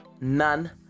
none